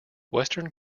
western